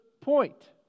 point